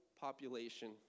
population